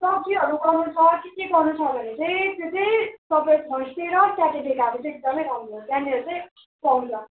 सब्जीहरू पाउनु छ के केहरू पाउनु छ भने चाहिँ त्यो चाहिँ तपाईँ थर्सडे र स्याटरडे गएको चाहिँ एकदमै राम्रो त्यहाँनिर चाहिँ पाउँछ